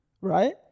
right